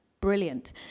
brilliant